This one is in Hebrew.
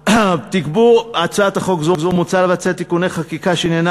הון) (תיקוני חקיקה והוראת שעה),